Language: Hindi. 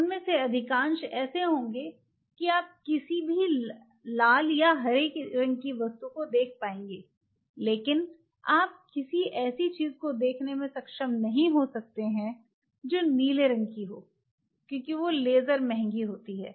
उनमें से अधिकांश ऐसे होंगे कि आप किसी भी लाल या हरे रंग की वस्तुओं को देख पाएंगे लेकिन आप किसी ऐसी चीज़ को देखने में सक्षम नहीं हो सकते हैं जो नीले रंग की हो क्योंकि वो लेजर महंगी होती है